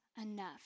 enough